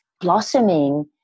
blossoming